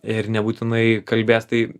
ir nebūtinai kalbės tai